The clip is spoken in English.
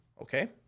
Okay